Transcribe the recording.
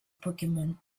pokemon